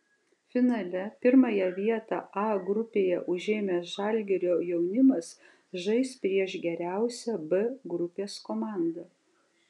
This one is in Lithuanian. finale pirmąją vietą a grupėje užėmęs žalgirio jaunimas žais prieš geriausią b grupės komandą